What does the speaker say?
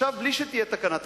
בלי שתהיה תקנה תקציבית,